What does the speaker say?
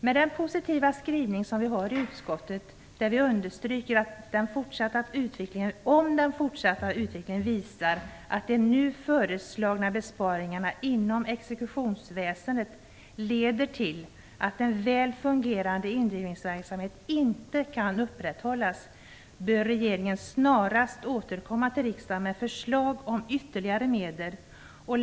Med den positiva skrivning som vi har i utskottet, där vi understryker att om den fortsatta utvecklingen visar att de nu föreslagna besparingarna inom exekutionsväsendet leder till att en väl fungerande indrivningsverksamhet inte kan upprätthållas bör regeringen snarast återkomma till riksdagen med förslag om ytterligare medel.